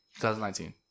2019